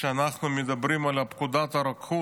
שאנחנו מדברים על פקודת הרוקחות,